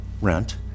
rent